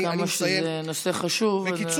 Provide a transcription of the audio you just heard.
כמה שזה נושא חשוב, אבל בבקשה לסיים.